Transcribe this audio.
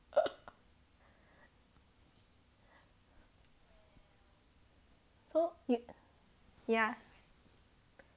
so you ya